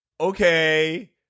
okay